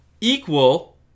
equal